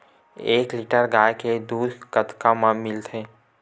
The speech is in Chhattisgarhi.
एक लीटर गाय के दुध कतका म मिलथे?